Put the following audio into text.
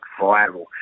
viral